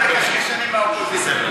בניגוד להרבה קשקשנים באופוזיציה.